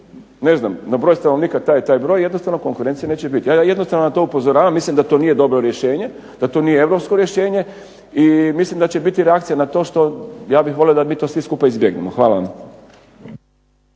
ne znam, na broj stanovnika taj i taj broj, jednostavno konkurencije neće biti. Ja jednostavno na to upozoravam. Mislim da to nije dobro rješenje, da to nije europsko rješenje i mislim da će biti reakcije na to što ja bih volio da mi to svi skupa izbjegnemo. Hvala vam.